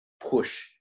push